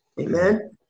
Amen